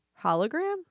hologram